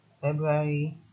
February